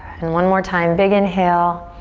and one more time, big inhale